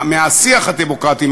מהשיח הדמוקרטי,